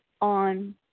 on